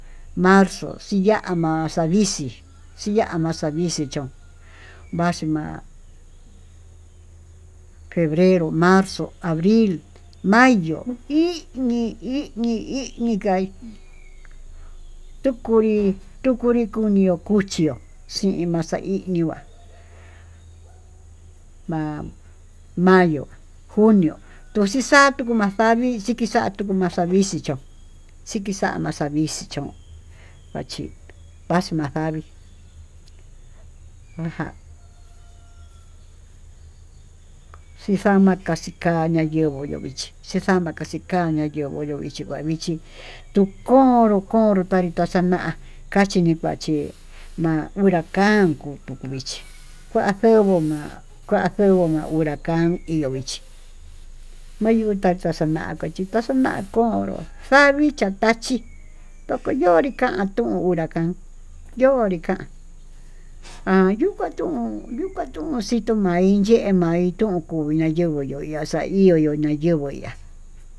Marzo xiya'a ma'a xavixii xiya'a ma'a xavichí chón, vaxhi ma'a febrero, marzo, abril, mayo, iñii iñii iñii ngai tukui tuu kunri kuñió kuchió xii ma'a xaiñi ma'a ma mayo, junio tuxixaku, maxavi xikixatu maxavi vixichó xikixama xavichí cho'ó kachi paxii maxavii xixama'a kaxixaña yenguó yo'ó vichí xixama kaxixama yenguo yo'o ichpi kua vii chí, tuu konró tavita xa'a na'á kachí nii kuachí ma'a uracan kutuu vichí kua xenguu ma'a kua xenguo uracan ihó vichí mayuu tata xa'a na'á konró xavicha tachí tokoñonrí kantu uu unracán yonrí kán han yuu kua tuu, yuu kua tuu xituu ma'í yeimai hi tukuu ña'a yenguo yo'o yuu njuya axa'a ihó ña yenguó ya'á.